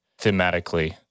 thematically